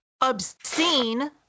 obscene